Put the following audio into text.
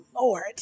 Lord